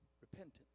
repentance